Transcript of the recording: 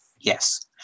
Yes